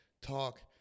talk